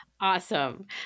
Awesome